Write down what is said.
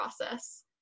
process